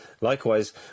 Likewise